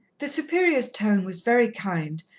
the superior's tone was very kind,